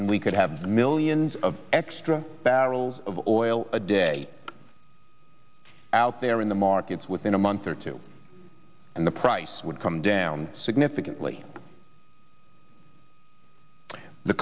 and we could have millions of extra barrels of oil a day out there in the markets within a month or two and the price would come down significantly the